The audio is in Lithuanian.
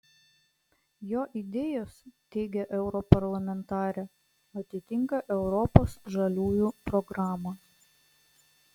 jo idėjos teigia europarlamentarė atitinka europos žaliųjų programą